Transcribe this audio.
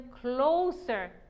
closer